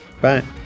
Bye